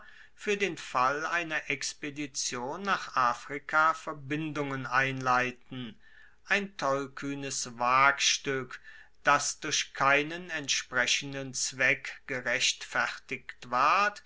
fuer den fall einer expedition nach afrika verbindungen einleiten ein tollkuehnes wagstueck das durch keinen entsprechenden zweck gerechtfertigt ward